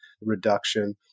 reduction